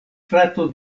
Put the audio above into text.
frato